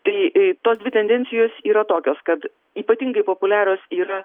tai tos dvi tendencijos yra tokios kad ypatingai populiarios yra